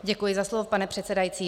Děkuji za slovo, pane předsedající.